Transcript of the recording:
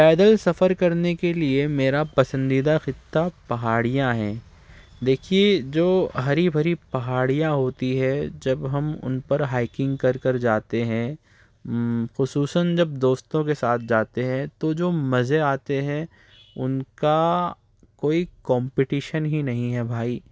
پیدل سفر کرنے کے لیے میرا پسندیدہ خطہ پہاڑیاں ہیں دیکھیے جو ہری بھری پہاڑیاں ہوتی ہے جب ہم ان پر ہائکنگ کر کرجاتے ہیں خصوصاً جب دوستوں کے ساتھ جاتے ہیں تو جو مزے آتے ہیں ان کا کوئی کمپٹیشن ہی نہیں ہے بھائی